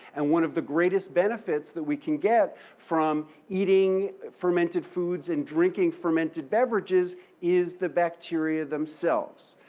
and one of the greatest benefits that we can get from eating fermented foods and drinking fermented beverages is the bacteria themselves.